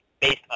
based